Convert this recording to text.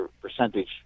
percentage